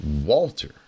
Walter